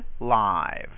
live